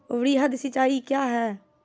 वृहद सिंचाई कया हैं?